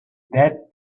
that